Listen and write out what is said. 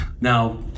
Now